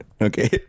Okay